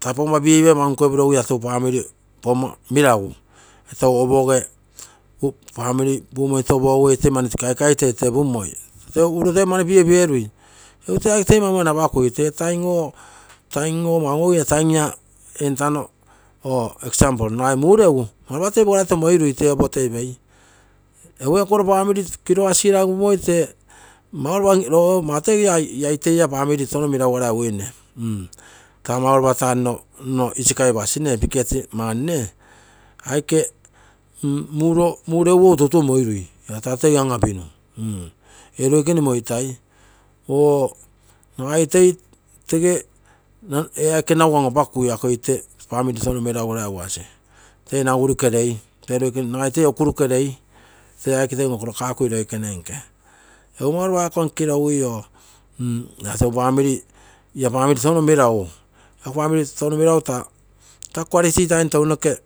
Taa pogomma behavior mau nkoipiro ogigu iaa tee guu famili logomma melagu iategu opoge famili pumo oito pugu ite mani kaikai tetepunmoi tee puregu toi mani behavior eerui egu tee aike toi maumani apaku tee taim ogo taim ogo mau on-ogui ee taim ia entano or example nagai mure ugu mau lopa toi pogoraito mairui tee opo toi pei egu ekoro famili ikorogasi sirai un-upumoi tee mau lopa loge ogo toi mau agi ia ite ia famili touno melagu sirai uine taa mau lopa taa nno nno isikaipasi me piket mani nne aike mereugu ogo toutou moirui taa tee an-apinu ee loi kene moitai or nagai toi tege ee aike nagu an-apakui ako ite famili touno melagu girai uasi toi nagu ruke lei te loikene nagai toi okuruke lei tee aike toi on-okuraka kui loikene nke, egu mau lopa ako nkiro ogigui oo ia tugu famili ia famili touno melagu ako famili touno melagu taa kualite taim tounoke